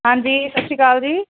ਹਾਂਜੀ ਸਤਿ ਸ਼੍ਰੀ ਅਕਾਲ ਜੀ